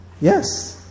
Yes